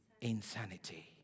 insanity